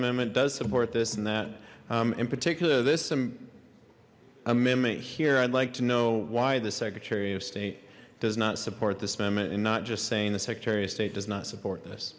amendment does support this and that in particular this some amendment here i'd like to know why the secretary of state does not support this amendment and not just saying the secretary of state does not support